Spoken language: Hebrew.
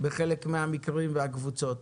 בחלק מהמקרים והקבוצות.